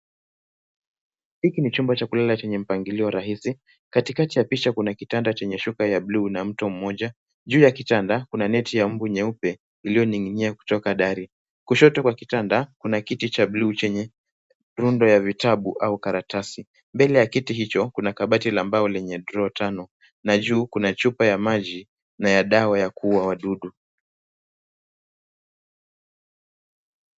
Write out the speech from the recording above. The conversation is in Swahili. Hiki ni chumba cha kulala chenye mpangilio rahisi katikati ya picha kuna kitanda chenye shuka ya blue kuna mto mmoja ,juu ya kitanda neti ya mmbu nyeupe iliyoninginia kutoka dari .Kushoto kwa kitanda kuna kiti cha blue chenye rundo ya vitabu au karatasi mbele ya kiti hicho kuna kabati la bao lenye draw tano na juu kuna chupa ya maji na dawa ya kuhuwa wadudu.